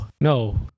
No